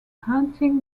hunting